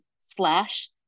slash